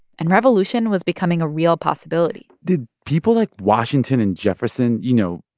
and revolution was becoming a real possibility did people like washington and jefferson you know,